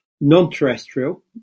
non-terrestrial